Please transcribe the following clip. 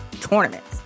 tournaments